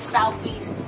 Southeast